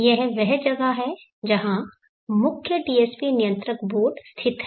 यह वह जगह है जहां मुख्य DSP नियंत्रक बोर्ड स्थित है